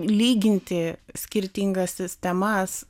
lyginti skirtingas sistemas